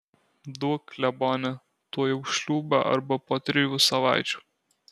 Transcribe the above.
duok klebone tuojau šliūbą arba po trijų savaičių